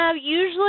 usually